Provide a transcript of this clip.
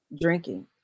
drinking